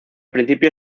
principio